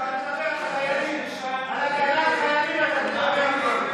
הגנה על חיילים.